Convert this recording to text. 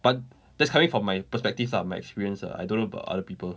but that's coming from my perspective ah my experience ah I don't know about other people